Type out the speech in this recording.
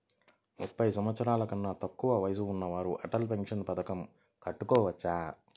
ముప్పై సంవత్సరాలకన్నా తక్కువ ఉన్నవారు అటల్ పెన్షన్ పథకం కట్టుకోవచ్చా?